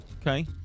Okay